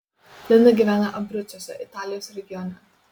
linda gyvena abrucuose italijos regione